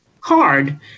card